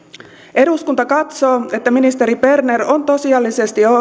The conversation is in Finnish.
eduskunta katsoo että ministeri berner on tosiasiallisesti